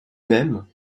même